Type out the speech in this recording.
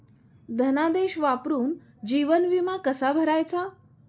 धनादेश वापरून जीवन विमा कसा भरायचा?